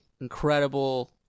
incredible